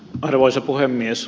arvoisa puhemies